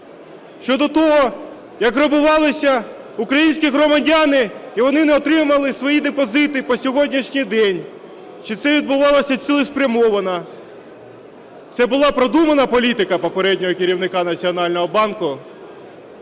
щодо того, як грабувалися українські громадяни, і вони не отримали свої депозити по сьогоднішній день, чи це відбувалося цілеспрямовано. Це була продумана політика попереднього керівника Національного банку.